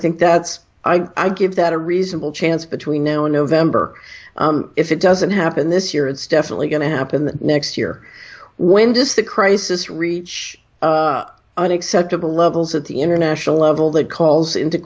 think that's i give that a reasonable chance between now and november if it doesn't happen this year it's definitely going to happen the next year when does the crisis reach an acceptable levels at the international level that calls into